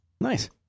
Nice